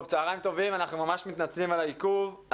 צוהריים טובים, אנחנו ממש מתנצלים על העיכוב.